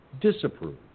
disapprove